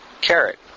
carrot